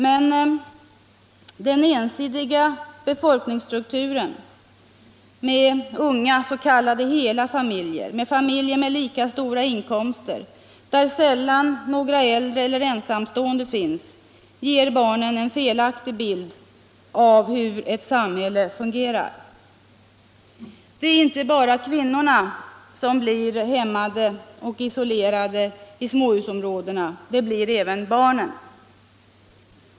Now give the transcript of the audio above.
Men den ensidiga befolkningsstrukturen med unga s.k. hela familjer, med familjer som har ungefär lika stora inkomster, och där sällan några äldre eller ensamstående finns, ger barnen en felaktig bild av hur ett samhälle fungerar. Det är inte bara kvinnorna som blir hämmade och isolerade i småhusområdena, det blir även barnen.